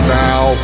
now